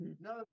No